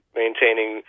maintaining